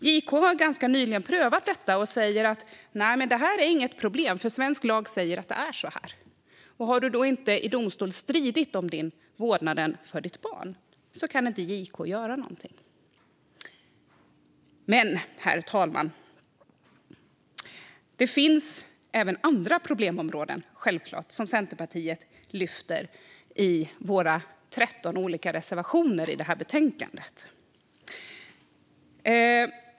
JK har ganska nyligen prövat detta och säger att det inte är något problem eftersom svensk lag säger att det är så här. Har man då inte stridit i domstol för vårdnaden om sitt barn kan JK inte göra någonting. Herr talman! Det finns självklart även andra problemområden som Centerpartiet lyfter fram i våra 13 reservationer i detta betänkande.